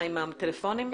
עם הטלפונים.